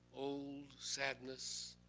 old sadness.